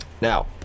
now